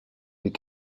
des